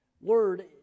word